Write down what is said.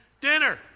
dinner